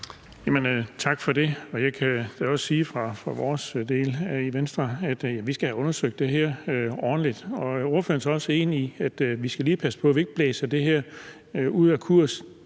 Tak for det. Jeg kan da også sige for vores del her i Venstre, at vi skal have undersøgt det her ordentligt. Er ordføreren så også enig i, at vi lige skal passe på, at vi ikke blæser det her ud af kurs.